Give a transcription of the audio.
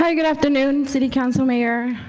kind of good afternoon city council, mayor,